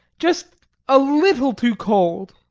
just a little too cold.